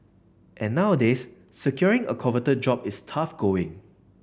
and nowadays securing a coveted job is tough going